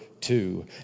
two